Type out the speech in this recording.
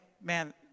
man